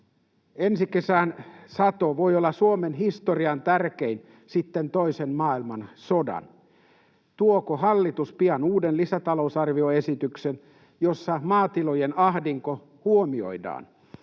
Ensi kesän sato voi olla Suomen historian tärkein sitten toisen maailmansodan. Tuoko hallitus pian uuden lisätalousarvioesityksen, jossa maatilojen ahdinko huomioidaan?